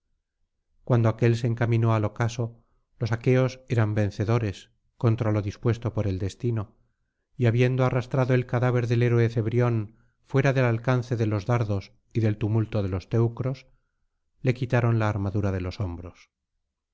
cuando aquél se encaminó al ocaso los aqueos eran vencedores contra lo dispuesto por el destino y habiendo arrastrado el cadáver del héroe cebrión fuera del alcance de los dardos y del tumulto de los teneros le quitaron la armadura de los hombros